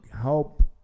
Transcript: help